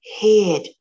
head